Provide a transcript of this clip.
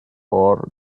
war